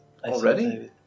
Already